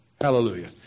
Hallelujah